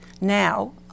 now